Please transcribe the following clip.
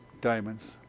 diamonds